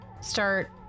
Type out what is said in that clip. start